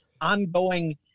ongoing